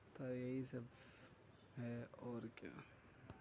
تو یہی سب ہے اور کیا